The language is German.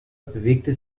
bewegte